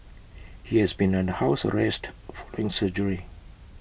he has been under house arrest following surgery